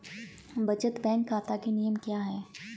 बचत बैंक खाता के नियम क्या हैं?